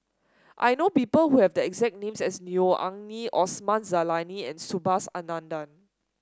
I know people who have the exact name as Neo Anngee Osman Zailani and Subhas Anandan